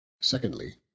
Secondly